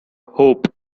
hope